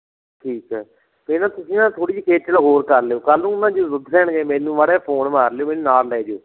ਠੀਕ ਹੈ ਫਿਰ ਨਾ ਤੁਸੀਂ ਨਾ ਥੋੜ੍ਹੀ ਜਿਹੀ ਖੇਚਲ ਹੋਰ ਕਰ ਲਿਓ ਕੱਲ੍ਹ ਨੂੰ ਨਾ ਜੇ ਦੁੱਧ ਲੈਣ ਗਏ ਮੈਨੂੰ ਮਾੜਾ ਜਿਹਾ ਫੋਨ ਮਾਰ ਲਿਓ ਮੈਨੂੰ ਨਾਲ ਲੈ ਜਿਓ